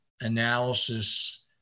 analysis